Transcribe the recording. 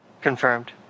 Confirmed